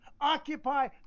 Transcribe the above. Occupy